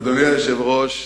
אדוני היושב-ראש,